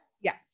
yes